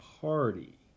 Party